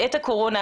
בעת הקורונה,